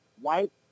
white